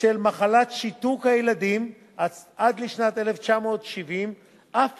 בשל מחלת שיתוק הילדים עד לשנת 1970 אף